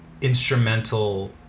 instrumental